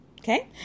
okay